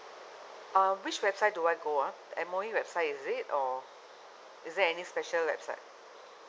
uh which website do I go ah the M_O_E website is it or is there any special website